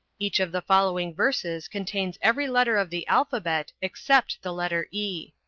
each of the following verses contains every letter of the alphabet except the letter e